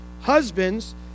Husbands